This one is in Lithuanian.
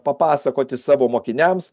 papasakoti savo mokiniams